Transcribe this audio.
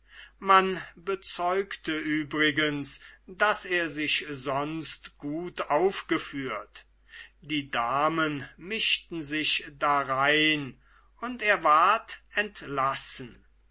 man bezeugte übrigens daß er sich sonst gut aufgeführt die damen mischten sich darein und er ward entlassen